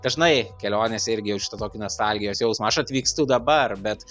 dažnai kelionėse irgi jaučiu tą tokį nostalgijos jausmą aš atvykstu dabar bet